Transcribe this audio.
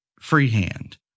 freehand